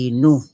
no